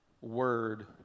word